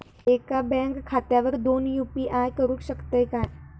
एका बँक खात्यावर दोन यू.पी.आय करुक शकतय काय?